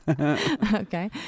okay